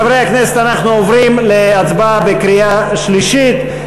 חברי הכנסת, אנחנו עוברים להצבעה בקריאה שלישית.